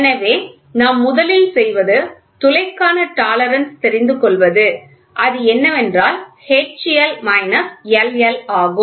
எனவே நாம் முதலில் செய்வது துளைக்கான டாலரன்ஸ் தெரிந்து கொள்வது அது என்னவென்றால் HL LL ஆகும்